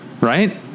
Right